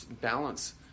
balance